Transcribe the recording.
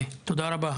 תודה רבה.